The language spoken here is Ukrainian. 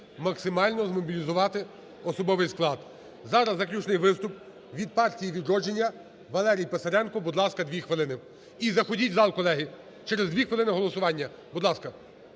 максимально змобілізувати особовий склад. Зараз заключний виступ, від "Партії "Відродження" Валерій Писаренко, будь ласка, дві хвилини. І заходіть в зал, колеги, через дві хвилини голосування.